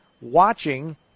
watching